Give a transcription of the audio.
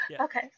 Okay